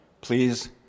Please